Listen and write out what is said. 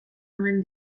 omen